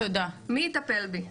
מי יטפל בהם?